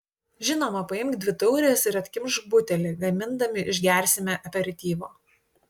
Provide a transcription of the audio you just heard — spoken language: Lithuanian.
žinoma paimk dvi taures ir atkimšk butelį gamindami išgersime aperityvo